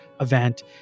event